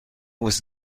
was